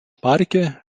parke